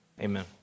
amen